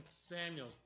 Samuel